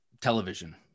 television